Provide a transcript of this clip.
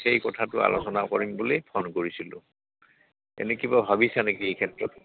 সেই কথাটো আলোচনা কৰিম বুলি ফোন কৰিছিলোঁ এনে কিবা ভাবিছা নেকি এই ক্ষেত্ৰত